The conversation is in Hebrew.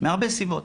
מהרבה סיבות.